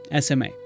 SMA